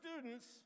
students